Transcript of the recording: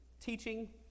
Teaching